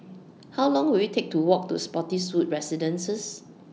How Long Will IT Take to Walk to Spottiswoode Residences